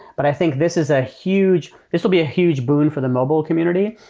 but i think this is a huge this will be a huge boon for the mobile community.